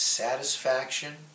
satisfaction